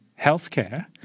healthcare